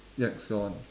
next your one